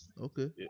Okay